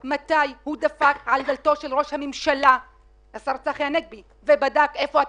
מתי הוא דפק על דלתו של ראש הממשלה ובדק איפה התקציבים,